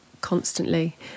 constantly